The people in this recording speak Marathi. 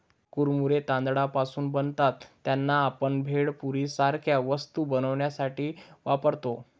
कुरमुरे तांदळापासून बनतात त्यांना, आपण भेळपुरी सारख्या वस्तू बनवण्यासाठी वापरतो